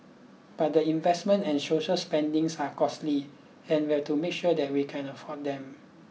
but the investments and social spendings are costly and we have to make sure that we can afford them